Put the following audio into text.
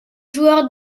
joueur